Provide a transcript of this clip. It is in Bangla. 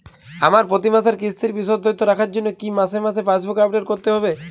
আমার প্রতি মাসের কিস্তির বিশদ তথ্য রাখার জন্য কি মাসে মাসে পাসবুক আপডেট করতে হবে?